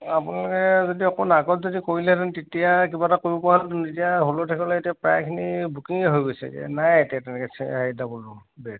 আপোনালোকে যদি অকণ আগত যদি কৰিলেহেন তেতিয়া কিবা এটা কৰিব পৰাহেতেন এতিয়া হ'লে থাকলে এতিয়া প্ৰায়খিনি বুকিঙেই হৈ গৈছে যে নাই এতিয়া তেনেকে ডাবল ৰুম বেড